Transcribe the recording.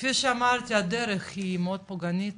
כפי שאמרתי הדרך היא מאוד פוגענית,